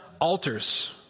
altars